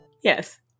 yes